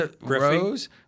Rose